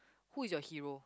who is your hero